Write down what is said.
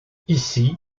ici